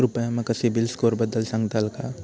कृपया माका सिबिल स्कोअरबद्दल सांगताल का?